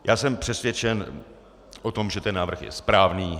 Já jsem přesvědčen o tom, že návrh je správný.